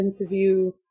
interview